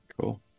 Cool